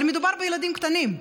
אבל מדובר בילדים קטנים.